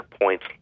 points